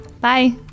Bye